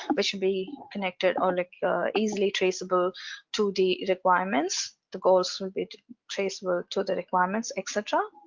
ah but should be connected or like easily traceable to the requirements, the goals will be traceable to the requirements etc.